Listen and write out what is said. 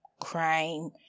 crime